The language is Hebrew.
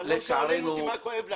אבל לא שואלים אותי מה כואב לך.